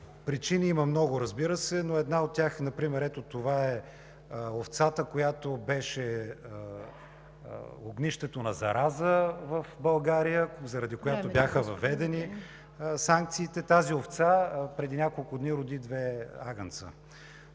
Причини има много, разбира се, но една от тях – например, ето това е овцата, която беше „огнището на зараза в България“ (показва снимка), заради която бяха въведени санкциите. Тази овца преди няколко дни роди две агънца.